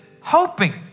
hoping